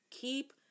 keep